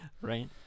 Right